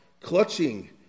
clutching